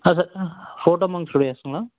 hello sir ah photo ஸ்டூடியோஸ்ஸுங்களா